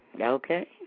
Okay